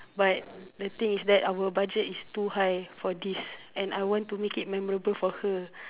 but the thing is that our budget is too high for this and I want to make it memorable for her